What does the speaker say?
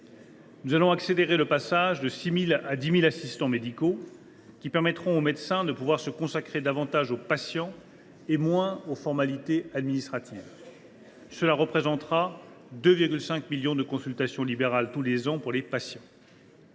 Nous accélérerons le passage de 6 000 à 10 000 assistants médicaux, ce qui permettra aux médecins de se consacrer davantage aux patients et moins aux formalités administratives. Cela représentera 2,5 millions de consultations libérées tous les ans au profit des patients.